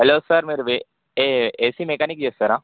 hello sir మీరు వే AC mechanic చేస్తారా